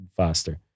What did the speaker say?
faster